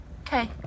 Okay